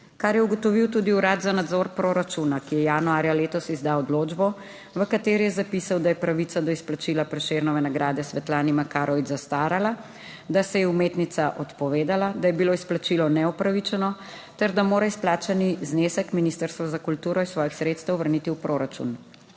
kar je ugotovil tudi Urad za nadzor proračuna, ki je januarja letos izdal odločbo, v kateri je zapisal, da je pravica do izplačila Prešernove nagrade Svetlani Makarovič zastarala, da se je umetnica odpovedala, da je bilo izplačilo neupravičeno ter da mora izplačani znesek ministrstva za kulturo iz svojih sredstev vrniti v proračun.